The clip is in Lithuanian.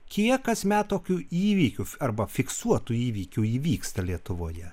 kiek kasmet tokių įvykių arba fiksuotų įvykių įvyksta lietuvoje